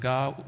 God